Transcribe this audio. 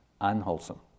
unwholesome